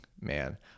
man